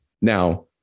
Now